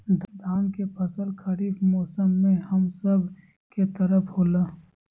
धान के फसल खरीफ मौसम में हम सब के तरफ होला